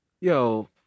Yo